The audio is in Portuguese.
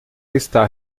está